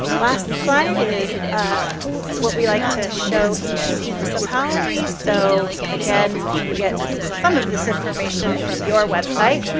last slide is ah what we like to show each municipality, so again, we get some of this information from your website